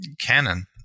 canon